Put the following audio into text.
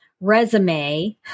resume